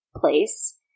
place